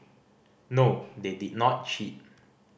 no they did not cheat